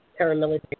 paramilitary